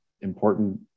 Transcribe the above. important